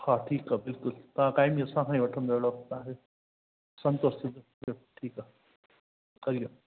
हा ठीकु आहे बिल्कुलु तव्हां काई बि असांखा वठंदा रहो तव्हांखे संतोष थींदो ठीकु आहे हरि ओम